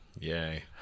Yay